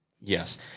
Yes